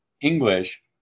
English